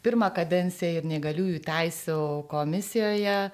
pirmą kadenciją ir neįgaliųjų teisių komisijoje